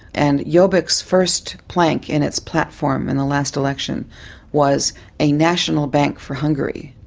and jobbik's first plank in its platform in the last election was a national bank for hungary.